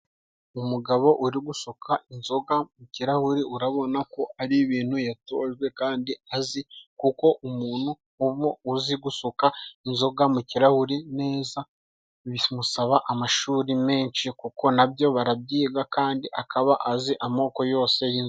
Umugabo uri gusuka inzoga mu kirahure，urabona ko ari ibintu yatojwe kandi azi， kuko umuntu uba uzi gusuka inzoga mu kirahuri neza，bimusaba amashuri menshi，kuko nabyo barabyiga kandi akaba azi amoko yose y'inzoga.